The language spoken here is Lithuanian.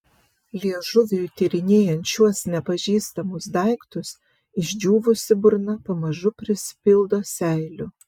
liežuviui tyrinėjant šiuos nepažįstamus daiktus išdžiūvusi burna pamažu prisipildo seilių